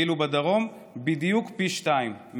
ואילו בדרום בדיוק פי שניים,